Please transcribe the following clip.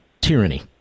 tyranny